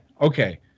Okay